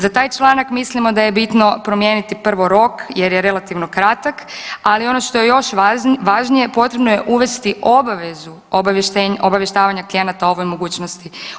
Za taj članak mislimo da je bitno promijeniti prvo rok jer je relativno kratak, ali ono što je još važnije, potrebno je uvesti obavezu obavještavanja klijenata o ovoj mogućnosti.